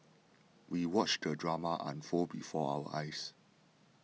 we watched the drama unfold before our eyes